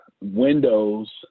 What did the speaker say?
Windows